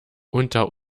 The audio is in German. unter